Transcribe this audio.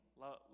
love